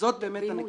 וזאת הנקודה.